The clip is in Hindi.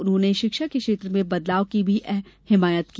उन्होंने शिक्षा के क्षेत्र में बदलाव की भी हिमायत की